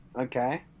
okay